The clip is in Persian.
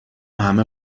همه